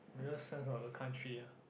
real sense of the country ah